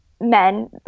men